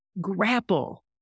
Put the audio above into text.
grapple